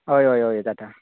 हय हय हय जाता